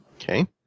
Okay